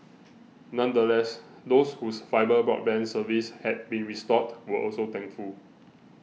nonetheless those whose fibre broadband service had been restored were also thankful